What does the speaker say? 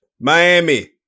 Miami